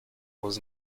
was